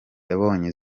yabonye